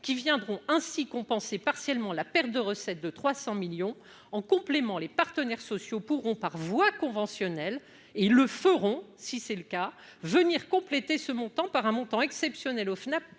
qui viendront ainsi compenser partiellement la perte de recettes de 300 millions en complément, les partenaires sociaux pourront par voie conventionnelle et ils le feront, si c'est le cas venir compléter ce montant par un montant exceptionnel au Fnac